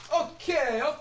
okay